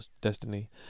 destiny